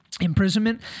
imprisonment